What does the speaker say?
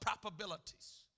probabilities